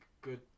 good